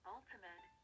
Ultimate